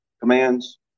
commands